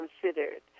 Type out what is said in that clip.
considered